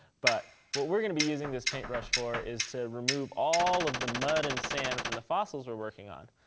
but what we're going to be using this paintbrush for is to remove all of the mud and sand from the fossils we're working on.